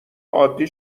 عادی